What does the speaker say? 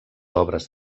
obres